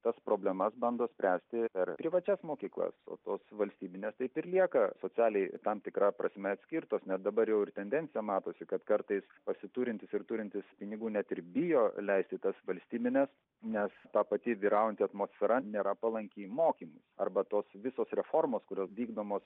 tas problemas bando spręsti per privačias mokyklas o tos valstybinės taip ir lieka socialiai tam tikra prasme atskirtos nes dabar jau ir tendencija matosi kad kartais pasiturintys ir turintys pinigų net ir bijo leisti tas valstybines nes ta pati vyraujanti atmosfera nėra palanki mokymui arba tos visos reformos kurios vykdomos